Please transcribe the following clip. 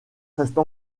reste